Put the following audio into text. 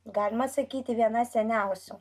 galima sakyti viena seniausių